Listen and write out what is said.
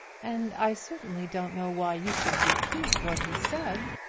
and i certainly don't know why you should repeat what he said.